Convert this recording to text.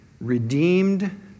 redeemed